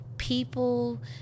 people